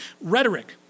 rhetoric